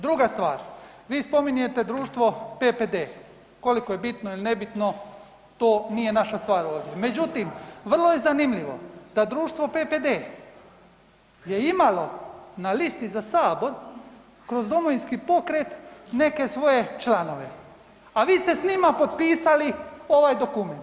Druga stvar vi spominjete društvo PPD, koliko je bitno ili nebitno to nije naša stvar ovdje, međutim vrlo je zanimljivo da društvo PPD je imalo na listi za sabor kroz Domovinski pokret neke svoje članove, a vi ste s njima potpisali ovaj dokument.